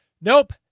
Nope